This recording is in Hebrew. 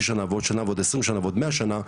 שנה ועוד שנה ועוד 20 שנה ועוד 100 שנה,